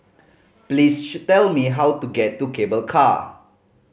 please tell me how to get to Cable Car